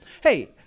Hey